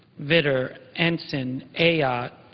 vitter, ensign, ayotte